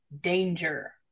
danger